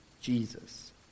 Jesus